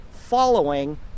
following